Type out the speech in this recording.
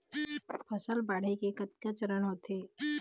फसल बाढ़े के कतका चरण होथे?